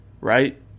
right